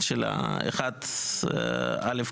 של (1)(א),